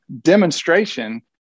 demonstration